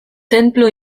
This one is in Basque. tenplu